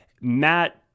Matt